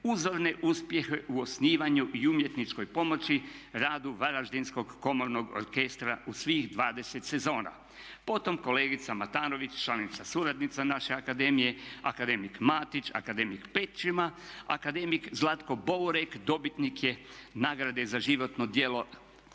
uzorne uspjehe u osnivanju i umjetničkoj pomoći radu Varaždinskog komornog orkestra u svih 20 sezona. Potom kolegica Matanović, članica suradnica naše akademije, akademik Matić, akademik Pećina, akademik Zlatko Bourek dobitnik je nagrade za životno djelo Hrvatskog